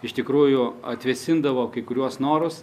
iš tikrųjų atvėsindavo kai kuriuos norus